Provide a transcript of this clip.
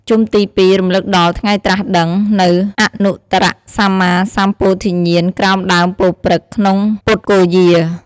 ជុំទី ២ រំលឹកដល់ ថ្ងៃត្រាស់ដឹង នូវអនុត្តរសម្មាសម្ពោធិញ្ញាណក្រោមដើមពោធិព្រឹក្សក្នុងពុទ្ធគយា។